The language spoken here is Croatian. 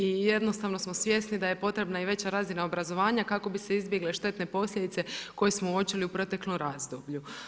I jednostavno smo svjesni da je potrebna i veća razina obrazovanja kako bi se izbjegle štetne posljedice koje smo uočili u proteklom razdoblju.